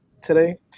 today